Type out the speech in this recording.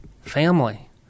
family